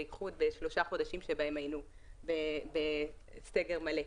בייחוד בשלושה חודשים שבהם היינו בסגר מלא.